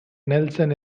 nelson